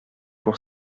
pour